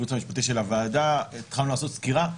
הייעוץ המשפטי של הוועדה התחלנו לעשות סקירה.